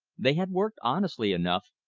they had worked honestly enough,